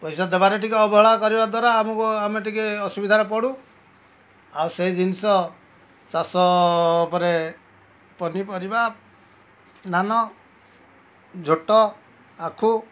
ପଇସା ଦେବାରେ ଟିକେ ଅବହେଳା କରିବା ଦ୍ୱାରା ଆମକୁ ଆମେ ଟିକେ ଅସୁବିଧାରେ ପଡ଼ୁ ଆଉ ସେହି ଜିନିଷ ଚାଷ ଉପରେ ପନିପରିବା ଧାନ ଝୋଟ ଆଖୁ